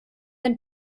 ein